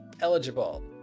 eligible